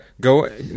go